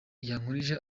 yankurije